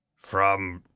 from.